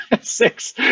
Six